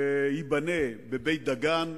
שייבנה בבית-דגן,